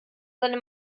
seine